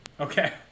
Okay